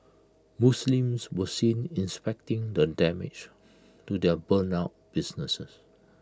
Muslims were seen inspecting the damage to their burnt out businesses